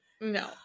No